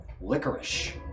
licorice